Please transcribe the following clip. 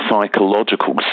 psychological